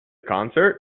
concert